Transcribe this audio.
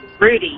Rudy